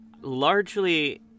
largely